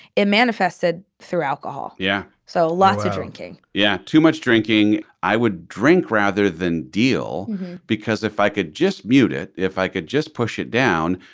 it manifested through alcohol. yeah. so lots of drinking yeah. too much drinking. i would drink rather than deal because if i could just mute it, if i could just push it down,